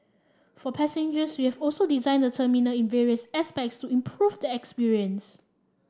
for passengers we have also designed the terminal in various aspects to improve the experience